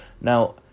Now